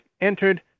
entered